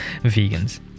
vegans